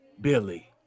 Billy